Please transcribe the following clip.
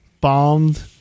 Bombed